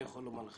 אני יכול לומר לך